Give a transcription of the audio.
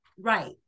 Right